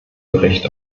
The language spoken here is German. bericht